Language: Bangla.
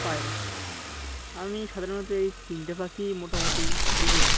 পায়রা আমি সাধারণত এই তিনটে পাখি মোটামুটি দেখেছি